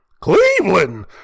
Cleveland